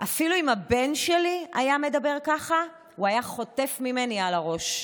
אפילו אם הבן שלי היה מדבר ככה הוא היה חוטף ממני על הראש.